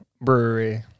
brewery